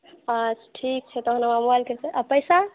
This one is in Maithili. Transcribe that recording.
अच्छा ठीक छै तहन हमर मोबाइलकेँ आ पैसा